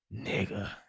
nigga